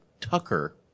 Tucker